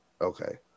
Okay